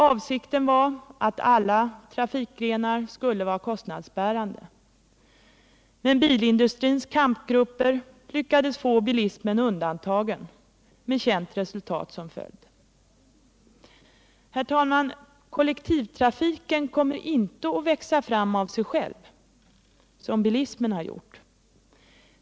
Avsikten var att alla trafikgrenar skulle vara kostnadsbärande — men bilindustrins kampgrupper lyckades få bilismen undantagen, med känt resultat som Herr talman! Kollektivtrafiken kommer inte att växa fram av sig själv såsom bilismen gjort.